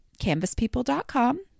canvaspeople.com